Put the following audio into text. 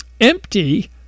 empty